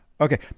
Okay